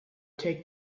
take